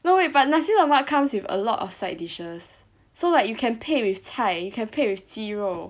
no wait but nasi lemak comes with a lot of side dishes so like you can 配 with 菜 you can 配 with 鸡肉